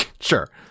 sure